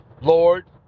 Lord